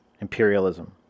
imperialism